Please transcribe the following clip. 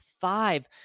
five